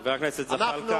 חבר הכנסת זחאלקה, זמנך תם.